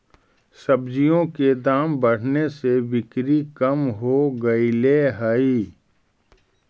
सब्जियों के दाम बढ़ने से बिक्री कम हो गईले हई